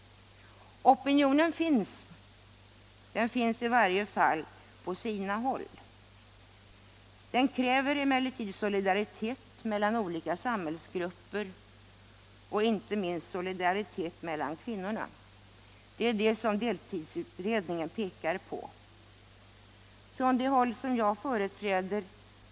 Opinionen finns — i varje fall på sina håll. Detta kräver emellertid solidaritet mellan olika samhällsgrupper och inte minst solidaritet mellan kvinnorna — det pekar deltidsutredningen på.